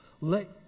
Let